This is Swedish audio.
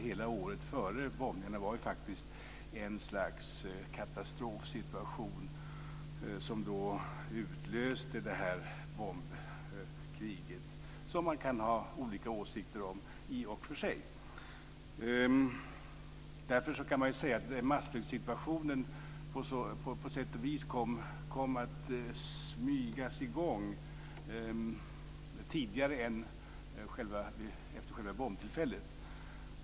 Hela året före bombningarna var faktiskt ett slags katastrofsituation som utlöste bombkriget, som man i och för sig kan ha olika åsikter om. Massflyktssituationen kom på sätt och vis att smygas i gång tidigare än efter själva bombtillfället.